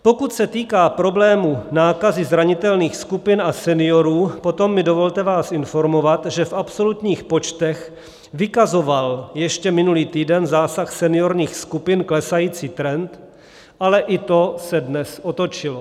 Pokud se týká problému nákazy zranitelných skupin a seniorů, potom mi dovolte vás informovat, že v absolutních počtech vykazoval ještě minulý týden zásah seniorních skupin klesající trend, ale i to se dnes otočilo.